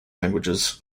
languages